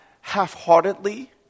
half-heartedly